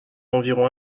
environ